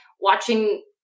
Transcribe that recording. watching